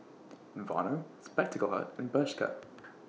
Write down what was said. Vono Spectacle Hut and Bershka